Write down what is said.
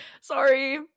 Sorry